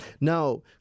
Now